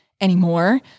anymore